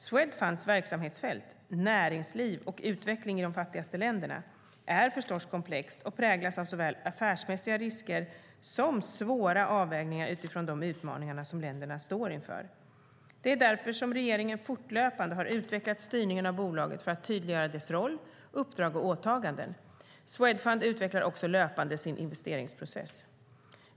Swedfunds verksamhetsfält - näringsliv och utveckling i de fattigaste länderna - är förstås komplext och präglas av såväl affärsmässiga risker som svåra avvägningar utifrån de utmaningar som länderna står inför. Det är därför som regeringen fortlöpande har utvecklat styrningen av bolaget för att tydliggöra dess roll, uppdrag och åtaganden. Swedfund utvecklar också löpande sin investeringsprocess.